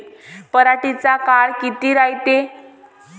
पराटीचा काळ किती रायते?